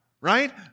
Right